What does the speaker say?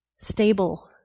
stable